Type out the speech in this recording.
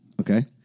Okay